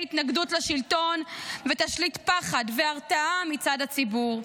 התנגדות לשלטון ותשליט פחד והרתעה מצד הציבור.